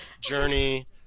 journey